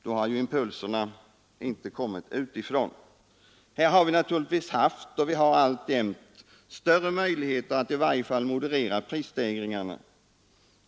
Då har ju impulserna i varje fall inte kommit utifrån. Här har vi haft och har alltjämt större möjligheter att i varje fall moderera prisstegringarna.